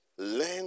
Learn